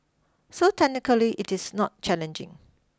so technically it is not challenging